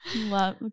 love